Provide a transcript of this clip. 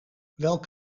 welk